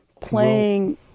playing